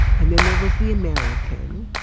and then there was the american,